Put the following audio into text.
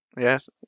Yes